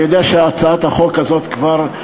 אני יודע שהצעת החוק הזאת כבר,